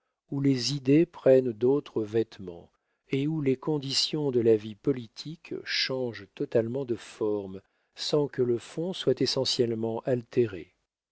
où les idées prennent d'autres vêtements et où les conditions de la vie politique changent totalement de forme sans que le fond soit essentiellement altéré